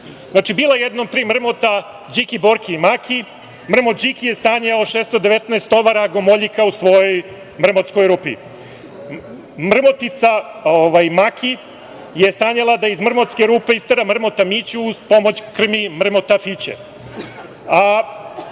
mrmota. Znači, bila jednom tri mrmota: Điki, Borki i Maki. Mrmot Điki je sanjao o 619 tovara gomoljika u svojoj mrmotskoj rupi. Mrmotica Maki je sanjala da iz mrmotske rupe istera mrmota Miću uz pomoć krmi mrmota Fiće.